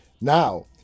now